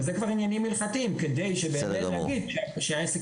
אלה כבר עניינים הלכתיים כדי שבאמת נגיד שהעסק